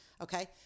okay